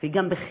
והיא גם בחינם,